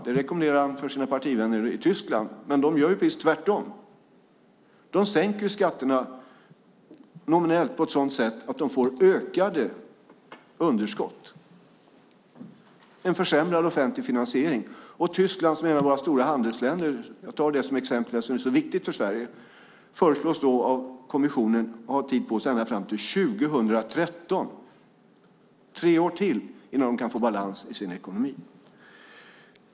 Det rekommenderar han sina partivänner i Tyskland, men de gör precis tvärtom. De sänker skatterna nominellt på ett sådant sätt att de får ökade underskott, en försämrad offentlig finansiering. Tyskland, som är ett av våra stora handelsländer - jag tar det som exempel eftersom det är så viktigt för Sverige - föreslås av kommissionen ha tid på sig ända fram till 2013, tre år till, innan de kan få balans i sin ekonomi.